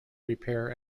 repair